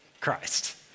Christ